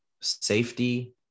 safety